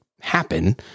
happen